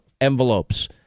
envelopes